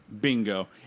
Bingo